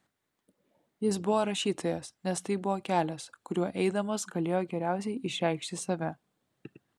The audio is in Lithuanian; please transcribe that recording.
jis buvo rašytojas nes tai buvo kelias kuriuo eidamas galėjo geriausiai išreikšti save